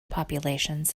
populations